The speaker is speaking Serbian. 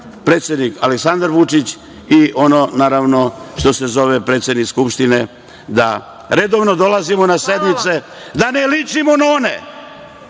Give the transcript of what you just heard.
predsednik Aleksandar Vučić i ono, naravno, što se zove predsednik Skupštine, da redovno dolazimo na sednice, da ne ličimo na